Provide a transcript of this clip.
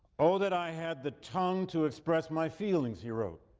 oh that i had the tongue to express my feelings, he wrote,